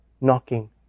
knocking